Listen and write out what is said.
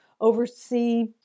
oversee